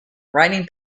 writing